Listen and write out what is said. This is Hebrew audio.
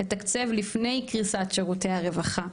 לתקצב לפני קריסת שירותי הרווחה.